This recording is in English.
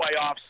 playoffs